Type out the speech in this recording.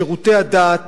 שירותי הדת